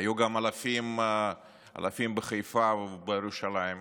היו גם אלפים בחיפה ובירושלים.